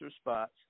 spots